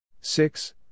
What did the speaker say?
six